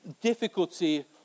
difficulty